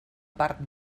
part